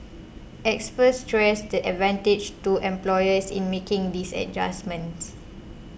experts stressed the advantages to employers in making these adjustments